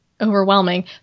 overwhelming